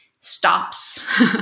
stops